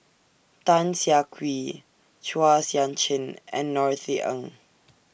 Tan Siah Kwee Chua Sian Chin and Norothy Ng